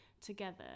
together